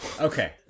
Okay